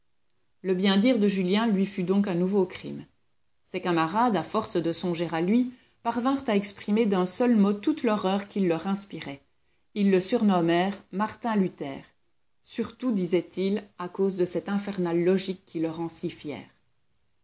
le bien dire de julien lui fut donc un nouveau crime ses camarades à force de songer à lui parvinrent à exprimer d'un seul mot toute l'horreur qu'il leur inspirait ils le surnommèrent martin luther surtout disaient-ils à cause de cette infernale logique qui le rend si fier